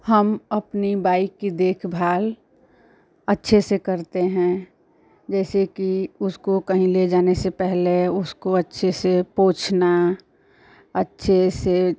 हम अपनी बाइक़ की देखभाल अच्छे से करते हैं जैसे कि उसको कहीं ले जाने से पहले उसको अच्छे से पोंछना अच्छे से